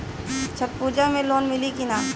छठ पूजा मे लोन मिली की ना?